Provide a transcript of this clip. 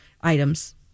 items